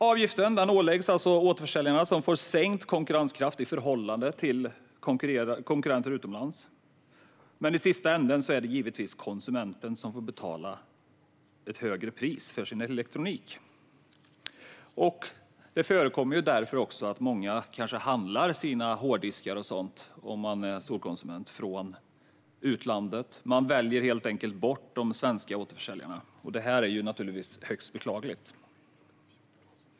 Avgiften åläggs alltså återförsäljarna som får sänkt konkurrenskraft i förhållande till konkurrenter utomlands. Men i sista änden är det givetvis konsumenten som får betala ett högre pris för sin elektronik. Det förekommer därför att många kanske handlar sina hårddiskar och sådant om de är storkonsumenter från utlandet. De väljer helt enkelt bort de svenska återförsäljarna. Det är naturligtvis högst beklagligt.